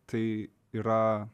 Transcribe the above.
tai yra